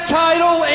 title